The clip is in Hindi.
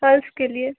गल्स के लिए